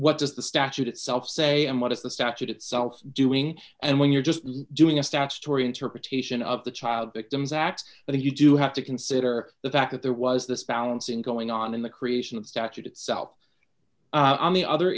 what does the statute itself say and what is the statute itself doing and when you're just doing a statutory interpretation of the child victims act but you do have to consider the fact that there was this balancing going on in the creation of the statute itself on the other